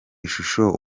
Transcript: shusho